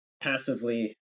passively